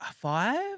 Five